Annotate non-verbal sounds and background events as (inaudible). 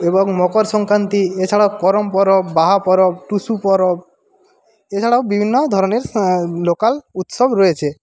এবং মকর সংক্রান্তি এছাড়াও করম পরব বাহা পরব টুসু পরব এছাড়াও বিভিন্ন ধরনের (unintelligible) লোকাল উৎসব রয়েছে